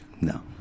No